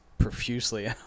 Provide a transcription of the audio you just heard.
Profusely